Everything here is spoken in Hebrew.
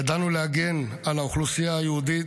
ידענו להגן על האוכלוסייה היהודית,